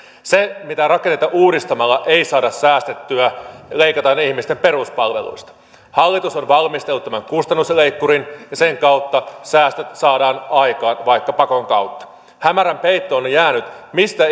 se mitä rakenteita uudistamalla ei saada säästettyä leikataan ihmisten peruspalveluista hallitus on valmistellut tämän kustannusleikkurin ja sen kautta säästöt saadaan aikaan vaikka pakon kautta hämärän peittoon on jäänyt mistä